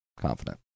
confident